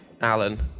Alan